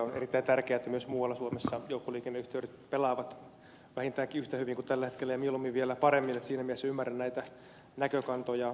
on erittäin tärkeää että myös muualla suomessa joukkoliikenneyhteydet pelaavat vähintäänkin yhtä hyvin kuin tällä hetkellä ja mieluummin vielä paremmin niin että siinä mielessä ymmärrän näitä näkökantoja